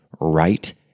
right